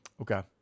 Okay